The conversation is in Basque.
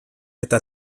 eta